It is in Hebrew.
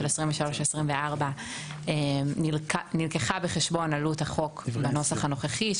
2024-2023. עלות החוק נלקחה בחשבון בנוסח הנוכחי,